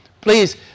Please